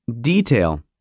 detail